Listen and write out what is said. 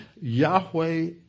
Yahweh